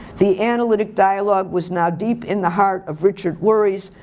the analytic dialogue was now deep in the heart of richard's worries,